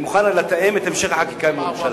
אני מוכן לתאם את המשך החקיקה עם הממשלה.